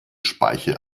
speiche